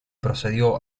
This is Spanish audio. procedió